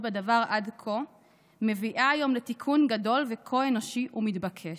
בדבר עד כה מביאה היום לתיקון גדול וכה אנושי ומתבקש.